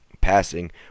passing